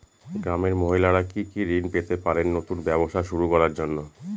গ্রামের মহিলারা কি কি ঋণ পেতে পারেন নতুন ব্যবসা শুরু করার জন্য?